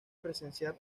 presenciar